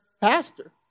pastor